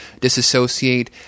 disassociate